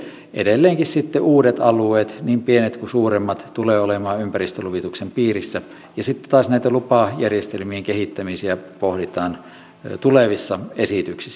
edelleenkin sitten uudet alueet niin pienet kuin suuremmat tulevat olemaan ympäristöluvituksen piirissä ja sitten taas näitä lupajärjestelmien kehittämisiä pohditaan tulevissa esityksissä